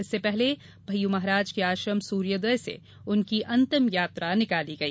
इसके पहले भय्यू महाराज के आश्रम सूर्योदय से उनकी अंतिम यात्रा निकाली गई